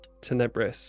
Tenebris